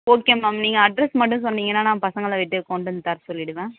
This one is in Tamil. ஓகே மேம் நீங்கள் அட்ரெஸ் மட்டும் சொன்னிங்கன்னால் நான் பசங்களை விட்டு கொண்டு வந்து தர சொல்லிவிடுவேன்